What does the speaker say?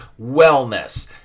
wellness